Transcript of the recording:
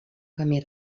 camí